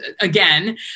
again